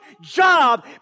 job